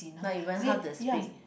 not even half the speed